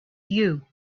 you